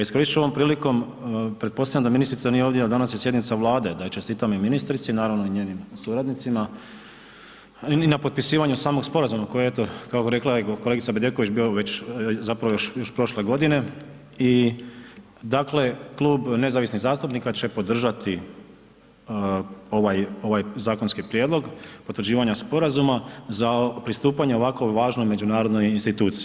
Iskoristi ću ovom prilikom, pretpostavljam da ministrica nije ovdje jer danas je sjednica Vlade, da čestitam i ministrici, naravno i njenim suradnicima i na potpisivanju samog sporazuma koji eto rekla je kolegica Bedeković, bio već zapravo još prošle godine i dakle Klub nezavisnih zastupnika će podržati ovaj zakonski prijedlog potvrđivanja sporazuma za pristupanje ovako važnoj međunarodnoj instituciji.